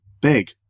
big